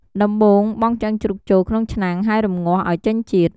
ដំបូងបង់ឆ្អឹងជ្រូកចូលក្នុងឆ្នាំងហើយរំងាស់ ឱ្យចេញជាតិ។